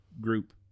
group